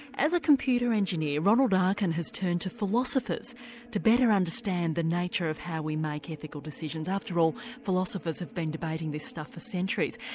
as a computer engineer ronald arkin has turned to philosophers to better understand the nature of how we make ethical decisions. after all, philosophers have been debating this stuff for centuries.